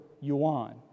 Yuan